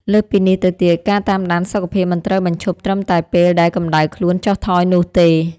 លើសពីនេះទៅទៀត ការតាមដានសុខភាពមិនត្រូវបញ្ឈប់ត្រឹមតែពេលដែលកម្ដៅខ្លួនចុះថយនោះទេ។